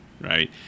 right